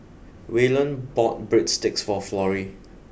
Wayland bought Breadsticks for Florrie